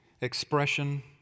expression